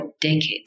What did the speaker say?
decades